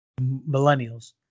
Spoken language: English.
millennials